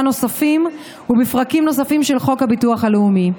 נוספים ובפרקים נוספים של חוק הביטוח הלאומי.